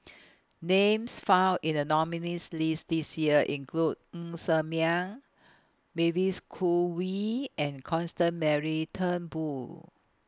Names found in The nominees' list This Year include Ng Ser Miang Mavis Khoo Wei and Constance Mary Turnbull